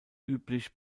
üblich